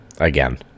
again